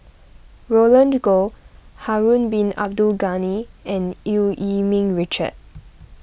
Roland Goh Harun Bin Abdul Ghani and Eu Yee Ming Richard